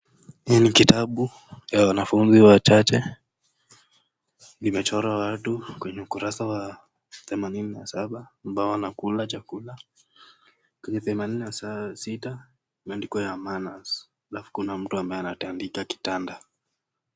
Hii ni kitabu ya wanafunzi wachache. Imechorwa watu kwenye ukurasa wa themanini na saba ambao wanakula chakula kwenye themanini na sita imeandikwa ya manners alafu kuna mtu ambaye anatandika kitanda.